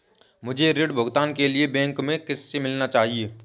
मुझे ऋण भुगतान के लिए बैंक में किससे मिलना चाहिए?